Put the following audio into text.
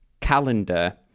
calendar